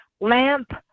lamp